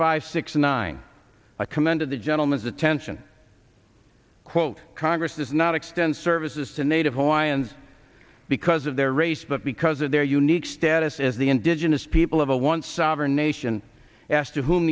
five six nine i commended the gentleman's attention quote congress does not extend services to native hawaiians because of their race but because of their unique status as the indigenous people of a once sovereign nation asked to who